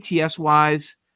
ATS-wise